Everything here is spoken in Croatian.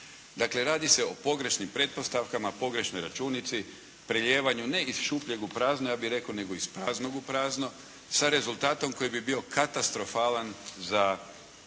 Dakle radi se o pogrešnim pretpostavkama, pogrešnoj računici, prelijevanju ne iz šupljeg u prazno ja bih rekao, nego iz praznog u prazno sa rezultatom koji bi bio katastrofalan za sustav